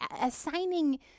assigning